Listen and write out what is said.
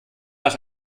nach